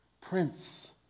prince